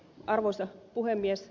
arvoisa puhemies